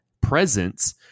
presence